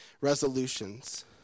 resolutions